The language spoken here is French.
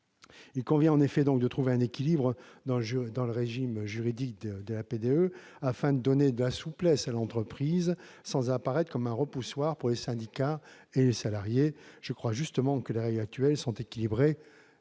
Il convient de trouver un équilibre dans le régime juridique de l'APDE afin de donner de la souplesse à l'entreprise, sans apparaître comme un repoussoir pour les syndicats et les salariés. Je crois que les règles actuelles sont équilibrées,